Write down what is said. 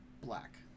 Black